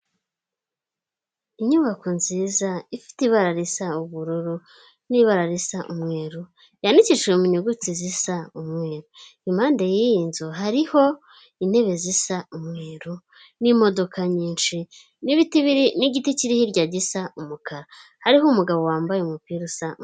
Inyubako nziza ifite ibara risa ubururu n'ibara risa umweru yandikishijejwe mu inyuguti zisa umweru, impande y'iyi nzu hariho intebe zisa umweru n'imodoka nyinshi n'igiti kiri hirya gisa umukara, hariho umugabo wambaye umupira usa umuhondo.